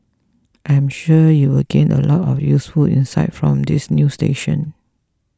I am sure you will gain a lot of useful insights from this new station